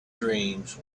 dreams